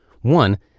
one